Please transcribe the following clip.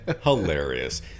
Hilarious